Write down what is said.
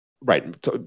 Right